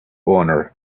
owner